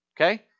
okay